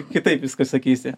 kitaip viską sakysi